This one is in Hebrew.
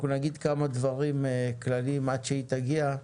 אנחנו נגיד כמה דברים כלליים עד שהיא תגיע,